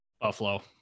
Buffalo